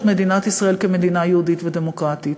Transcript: מדינת ישראל כמדינה יהודית ודמוקרטית.